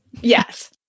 Yes